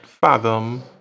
fathom